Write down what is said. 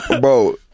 bro